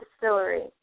Distillery